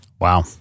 Wow